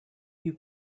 you